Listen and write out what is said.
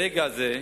ברגע זה,